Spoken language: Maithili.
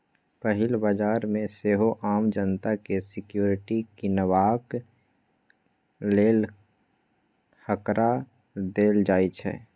पहिल बजार मे सेहो आम जनता केँ सिक्युरिटी कीनबाक लेल हकार देल जाइ छै